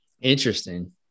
Interesting